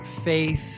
Faith